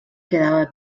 quedava